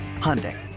Hyundai